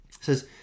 says